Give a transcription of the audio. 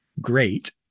great